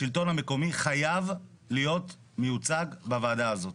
השלטון המקומי חייב להיות מיוצג בוועדה הזאת.